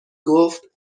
گفت